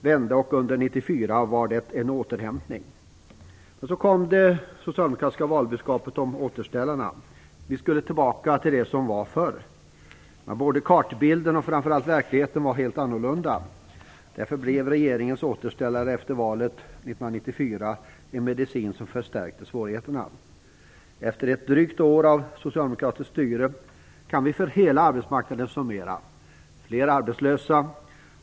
Under 1994 var det en återhämtning. Men så kom det socialdemokratiska valbudskapet om återställarna. Vi skulle tillbaka till det som var förr. Men kartbilden och, framför allt, verkligheten var helt annorlunda. Därför blev regeringens återställare efter valet 1994 en medicin som förstärkte svårigheterna. Efter drygt ett år med socialdemokratiskt styre kan vi nu för hela arbetsmarknaden summera läget så här: Fler är arbetslösa.